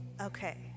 Okay